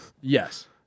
Yes